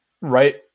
right